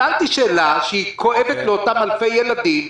שאלתי שאלה, שכואבת לאותם אלפי ילדים.